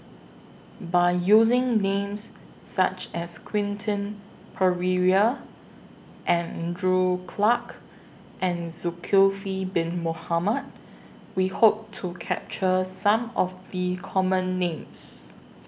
By using Names such as Quentin Pereira Andrew Clarke and Zulkifli Bin Mohamed We Hope to capture Some of The Common Names